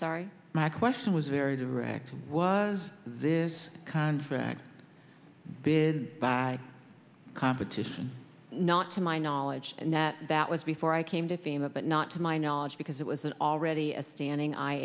sorry my question was very direct was this contract bid by competition not to my knowledge and that that was before i came to fame up but not to my knowledge because it was already a standing i